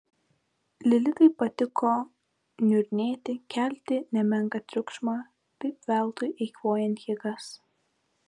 lilitai patiko niurnėti kelti nemenką triukšmą taip veltui eikvojant jėgas